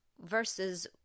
Versus